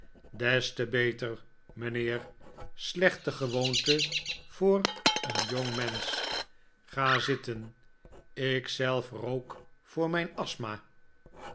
des te beter mijnheer slechte gewoonte voor een jongmensch ga zitten ik zelf rook voor mijn asthma